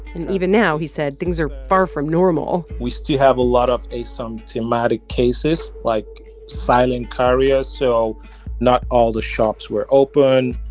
and even now, he said, things are far from normal we still have a lot of asymptomatic cases, like silent carriers so not all the shops were open,